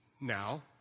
Now